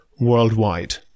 worldwide